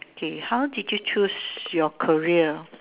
K how did you choose your career